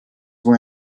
were